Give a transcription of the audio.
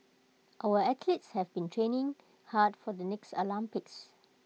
our athletes have been training hard for the next Olympics